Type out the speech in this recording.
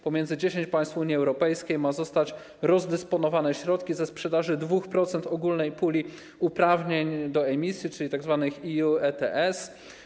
Pomiędzy 10 państw Unii Europejskiej mają zostać rozdysponowane środki ze sprzedaży 2% ogólnej puli uprawnień do emisji, czyli tzw. EU ETS.